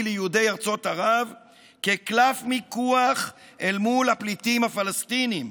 ליהודי ארצות ערב כקלף מיקוח אל מול הפליטים הפלסטינים.